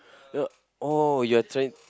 oh you are trying